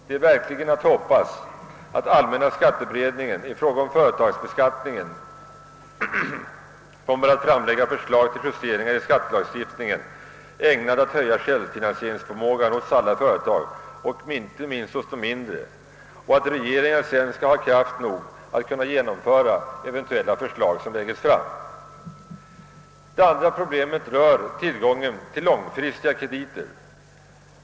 Det är verkligen att hoppas att allmänna skatteberedningen i fråga om företagsbeskattningen kommer att framlägga förslag till justeringar i skattelagstiftningen, ägnade att öka självfinansieringsförmågan hos alla företag, icke minst de mindre, och att regeringen sedan skall ha kraft nog att genomföra de förslag som eventuellt läggs fram. Det andra problemet rör tillgången till långfristiga krediter.